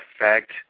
effect